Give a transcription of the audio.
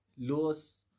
loss